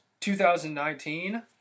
2019